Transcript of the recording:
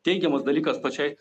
teigiamas dalykas pačiai